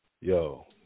yo